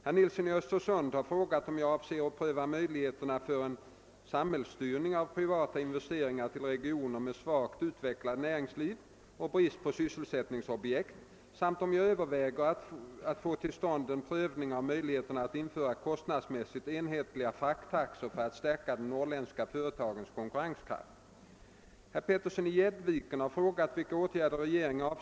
Herr Nilsson i Östersund har frågat, om jag avser att pröva möjligheterna till en samhällsstyrning av privata investeringar till regioner med svagt utvecklat näringsliv och brist på sysselsättningsobjekt samt om jag överväger att få till stånd en prövning av möjligheten att införa kostnadsmässigt enhetligare frakttaxor för att stärka de norrländska företagens konkurrenskraft.